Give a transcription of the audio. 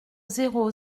zéro